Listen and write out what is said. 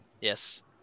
yes